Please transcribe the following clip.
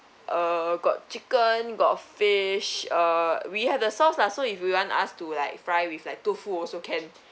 uh got chicken got fish uh we had the sauce lah so if you want us to like fry with like tofu also can